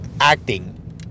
acting